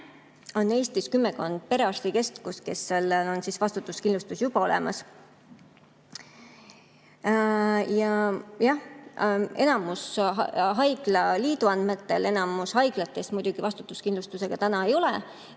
on Eestis kümmekond perearstikeskust, kellel on vastutuskindlustus juba olemas. Haiglaliidu andmetel enamik haiglatest muidugi vastutuskindlustusega ei ole